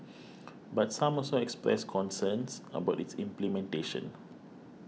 but some also expressed concerns about its implementation